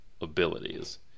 abilities